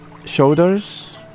Shoulders